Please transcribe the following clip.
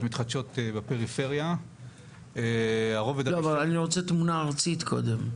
מתחדשות בפריפריה --- אני רוצה תמונה ארצית קודם;